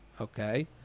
Okay